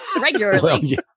Regularly